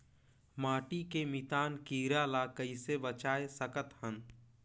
माटी के मितान कीरा ल कइसे बचाय सकत हन?